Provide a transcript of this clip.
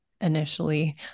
initially